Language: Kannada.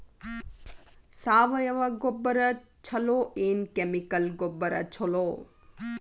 ಸಾವಯವ ಗೊಬ್ಬರ ಛಲೋ ಏನ್ ಕೆಮಿಕಲ್ ಗೊಬ್ಬರ ಛಲೋ?